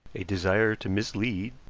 a desire to mislead,